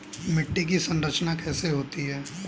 मिट्टी की संरचना कैसे होती है?